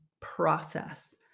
process